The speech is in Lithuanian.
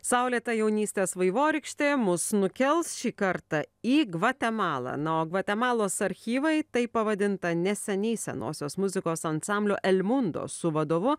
saulėta jaunystės vaivorykštė mus nukels šį kartą į gvatemalą na o gvatemalos archyvai taip pavadinta neseniai senosios muzikos ansamblio el mundo su vadovu